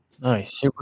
Nice